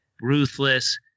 ruthless